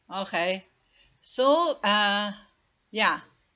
okay so ah ya